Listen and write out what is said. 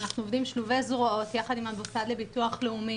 ואנחנו עובדים שלובי זרועות יחד עם המוסד לביטוח לאומי